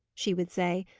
she would say.